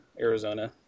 Arizona